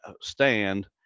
stand